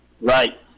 Right